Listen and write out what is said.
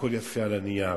הכול יפה על הנייר